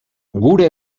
gure